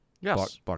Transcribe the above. Yes